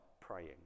praying